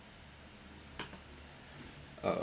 uh